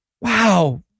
Wow